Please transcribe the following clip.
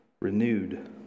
renewed